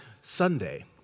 Sunday